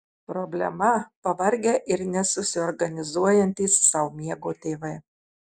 problema pavargę ir nesusiorganizuojantys sau miego tėvai